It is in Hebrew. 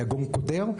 ביגון קודר,